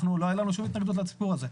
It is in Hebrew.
לא הייתה לנו שום התנגדות לזה.